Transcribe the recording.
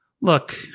Look